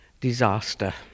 disaster